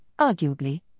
arguably